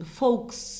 folk's